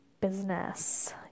business